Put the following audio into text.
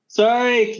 sorry